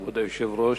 כבוד היושב-ראש,